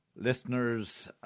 Listeners